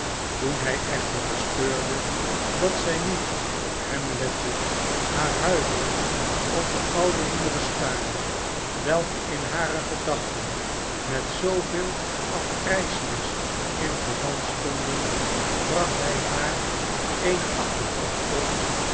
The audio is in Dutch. toen hij echter bespeurde dat zij niet op hem lette maar huiverend op de oude muren staarde welke in hare gedachten met zooveel afgrijselijks in verband stonden bracht hij haar eene achtertrap op